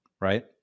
right